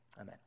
amen